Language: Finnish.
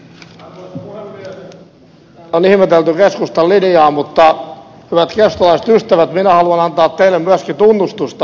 täällä on ihmetelty keskustan linjaa mutta hyvät keskustalaiset ystävät minä haluan antaa teille myöskin tunnustusta